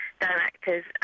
directors